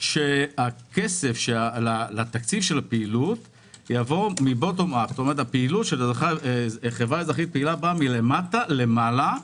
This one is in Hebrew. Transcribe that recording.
שהכסף לתקציב הפעילות יבוא הפעילות של החברה האזרחית בא מלמטה למעלה,